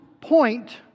point